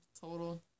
total